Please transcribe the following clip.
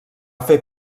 fer